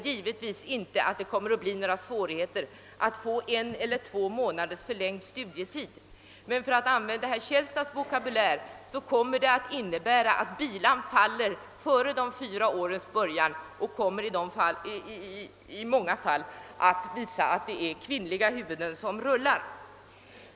Svårigheter blir nog inte att få en eller två månaders förlängning av studietiden men, för att använda herr Källstads liknelse, det kommer att innebära att då bilan faller före de fyra årens början det i många fall blir kvinnliga huvuden som faller.